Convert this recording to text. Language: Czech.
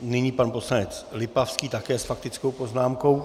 Nyní pan poslanec Lipavský, také s faktickou poznámkou.